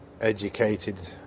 educated